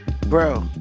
Bro